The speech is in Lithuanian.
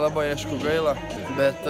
labai aišku gaila bet